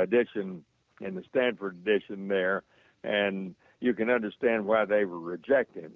edition in the stanford edition there and you can understand why they were rejected.